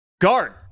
Guard